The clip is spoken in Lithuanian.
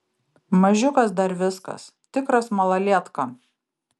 mažiukas dar viskas tikras malalietka